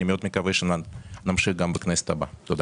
אני מאוד מקווה שנמשיך גם בכנסת הבאה, תודה.